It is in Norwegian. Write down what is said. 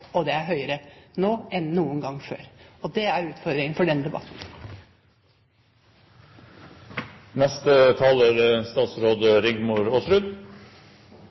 høyt. Det er høyere nå enn noen gang før, og det er utfordringen for denne debatten. Det overrasker meg litt når Høyre sier at det er